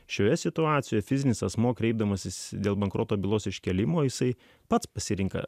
šioje situacijoje fizinis asmuo kreipdamasis dėl bankroto bylos iškėlimo jisai pats pasirenka